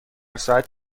ساعت